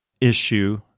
issue